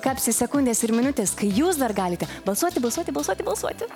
kapsi sekundės ir minutės kai jūs dar galite balsuoti balsuoti balsuoti balsuoti